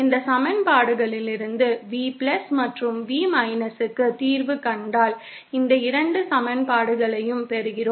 இந்த சமன்பாடுகளிலிருந்து V மற்றும் V க்கு தீர்வு கண்டால் இந்த 2 சமன்பாடுகளையும் பெறுகிறோம்